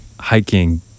hiking